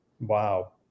Wow